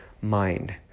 mind